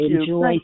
enjoy